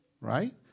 right